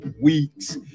week's